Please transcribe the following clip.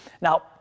Now